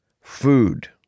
food